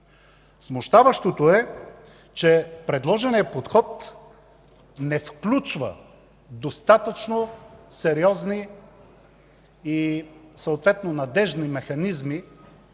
Смущаващото е, че предложеният подход не включва достатъчно сериозни и съответно надеждни механизми